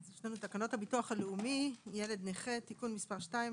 טיוטת תקנות הביטוח הלאומי (ילד נכה)(תיקון מס' 2),